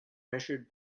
measured